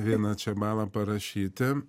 vieną čia balą parašyti